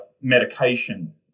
medication